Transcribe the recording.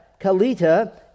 Kalita